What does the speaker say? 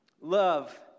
Love